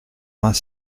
vingt